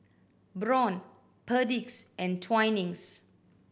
Braun Perdix and Twinings